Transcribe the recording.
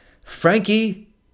Frankie